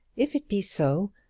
if it be so,